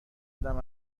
آدم